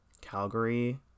Calgary